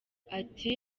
ati